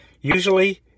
Usually